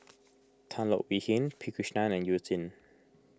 Tan Leo Wee Hin P Krishnan and You Jin